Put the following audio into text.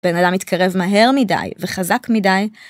בן אדם מתקרב מהר מדי וחזק מדי